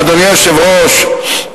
אדוני היושב-ראש,